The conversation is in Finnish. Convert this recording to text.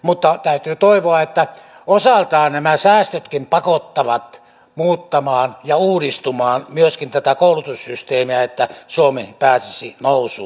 mutta täytyy toivoa että osaltaan nämä säästötkin pakottavat muuttamaan ja uudistamaan myöskin tätä koulutussysteemiä että suomi pääsisi nousuun